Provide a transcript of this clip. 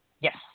Yes